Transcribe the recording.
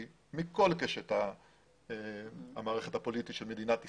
מכל קשת המערכת הפוליטית של מדינת ישראל.